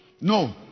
No